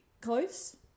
Close